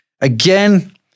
again